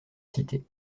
cité